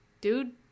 Dude